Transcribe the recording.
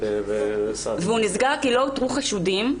הוא נסגר כי לא אותרו חשודים,